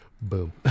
Boom